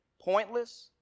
pointless